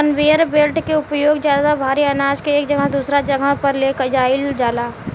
conveyor belt के उपयोग ज्यादा भारी आनाज के एक जगह से दूसरा जगह पर ले जाईल जाला